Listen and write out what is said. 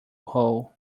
whole